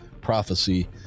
Prophecy